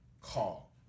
call